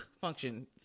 function